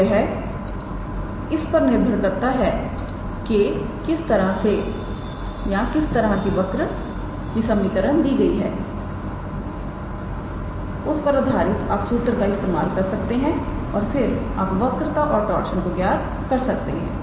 तो यह इस पर निर्भर करता है कि किस तरह की वक्र की समीकरण दी गई है उस पर आधारित आप सूत्र का इस्तेमाल कर सकते हैं और फिर आप वक्रता और टार्शन को ज्ञात कर सकते हैं